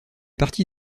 partie